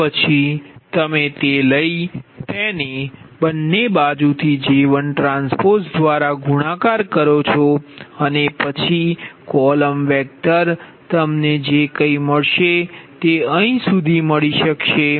તે પછી તમે તે લઈ તેને બંને બાજુથી J1ટ્રાન્સપોઝ દ્વારા ગુણાકાર કરો છો અને પછી કોલમ વેક્ટર તમને જે કંઈ મળશે તે અહીં સુધી મળી શકશે